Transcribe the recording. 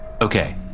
Okay